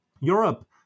Europe